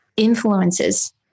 influences